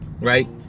right